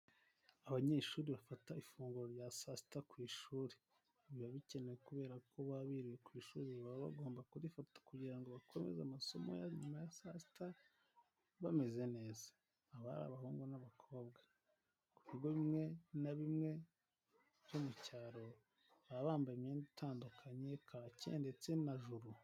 Abanyeshuri bafata ifunguro rya saa sita ku ishuri, biba bikenewe kubera ko baba biriwe ku ishuri, baba bagomba kurifata kugirango bakomeze amasomo ya nyuma ya saa sita bameze neza, aba ari abahungu n'abakobwa ku bigo bimwe na bimwe byo mucyaro baba bambaye imyenda itandukanye kake ndetse joru.